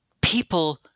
people